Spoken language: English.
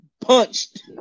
punched